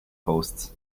posts